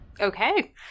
Okay